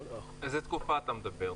על איזה תקופה אתה מדבר?